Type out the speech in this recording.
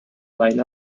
line